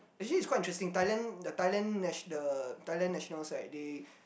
actually it's quite interesting Thailand the Thailand natio~ the Thailand national side they